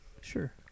Sure